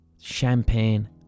champagne